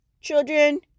children